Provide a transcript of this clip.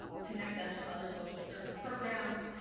and connect them to other social service programs,